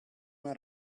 una